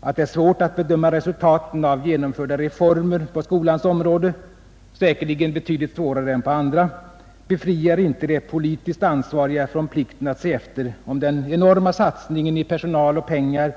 Att det är svårt att bedöma resultaten av genomförda reformer på skolans område — säkerligen betydligt svårare än på andra — befriar inte de politiskt ansvariga från plikten att se efter om den enorma satsningen i pengar och personal